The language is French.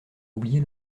oublier